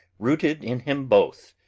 rooted in him both,